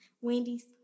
Wendy's